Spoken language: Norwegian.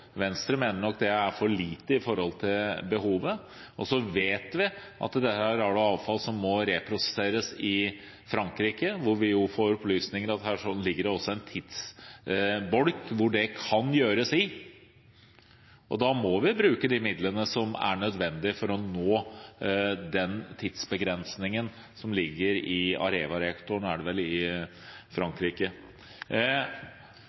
Venstre mener at det er for lite i forhold til behovet. Så vet vi at her har man avfall som må reprosesseres i Frankrike, og vi får opplysninger om at her er det også en tidsbolk, og da må vi bruke de midlene som er nødvendig for å nå den tidsbegrensningen som ligger i Areva-reaktoren, er det vel, i